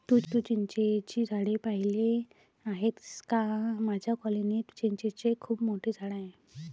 तू चिंचेची झाडे पाहिली आहेस का माझ्या कॉलनीत चिंचेचे खूप मोठे झाड आहे